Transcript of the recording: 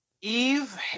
Eve